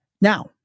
Now